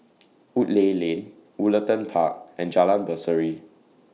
Woodleigh Lane Woollerton Park and Jalan Berseri